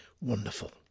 wonderful